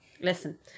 Listen